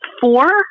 four